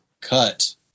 cut